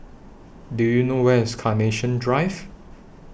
Do YOU know Where IS Carnation Drive